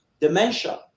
Dementia